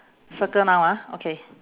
circle now ah okay